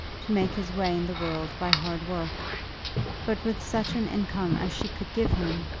to make his way in the world by hard work but with such an income as she could give him,